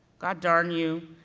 god darn you,